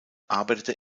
arbeitete